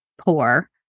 poor